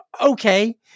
Okay